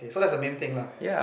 eh so that's the main thing lah